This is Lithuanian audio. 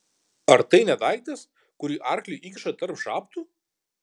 ar tai ne daiktas kurį arkliui įkiša tarp žabtų